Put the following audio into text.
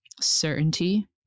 certainty